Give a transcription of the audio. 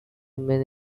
remain